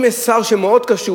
אם יש שר שמאוד קשור,